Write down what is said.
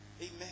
amen